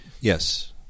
Yes